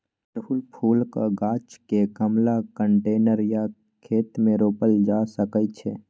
अड़हुल फुलक गाछ केँ गमला, कंटेनर या खेत मे रोपल जा सकै छै